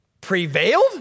Prevailed